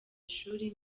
ishuri